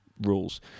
rules